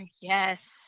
Yes